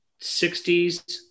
60s